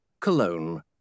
Cologne